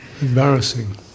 Embarrassing